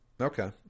Okay